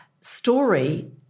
story